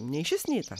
nei šis nei tas